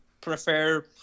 prefer